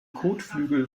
kotflügel